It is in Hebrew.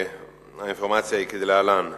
האינפורמציה היא כדלהלן: